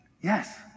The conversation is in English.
Yes